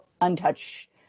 untouched